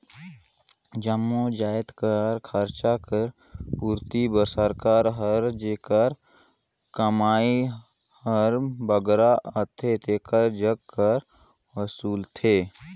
जम्मो जाएत कर खरचा कर पूरती बर सरकार हर जेकर कमई हर बगरा अहे तेकर जग कर वसूलथे